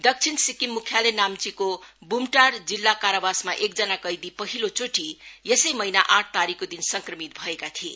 दक्षिण सिक्किम मुख्यालय नाम्चीमा बुमटार जिल्ला कारावासमा एकजना कैदी पहिलो चोटि यसै महिना आठ तारिखको दिन संक्रमित भएका थिए